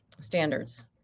standards